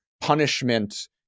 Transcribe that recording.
punishment